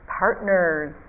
partners